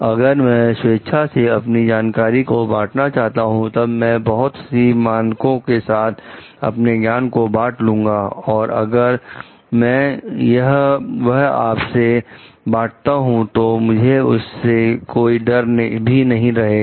अगर मैं स्वेच्छा से अपनी जानकारी को बांटना चाहता हूं तब मैं बहुत ही मानकों के साथ अपने ज्ञान को बांट लूंगा और अ गर मैं वह आपसे बांटता हूं तो मुझे उससे कोई डर भी नहीं रहेगा